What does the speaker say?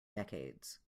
decades